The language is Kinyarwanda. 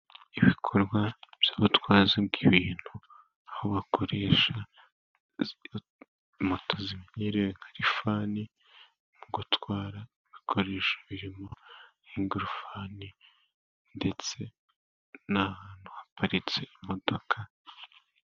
Ibikorwa by'ubutwazi bw'ibintu, aho bakoresha moto zimenyerewe nka Lifani mu gutwara ibikoresho, birimo ingorifani ndetse n'ahantu haparitse imodoka.